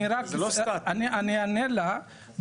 אני אענה לה,